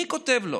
מי כותב לו?